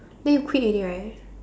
then you quit already right